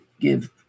give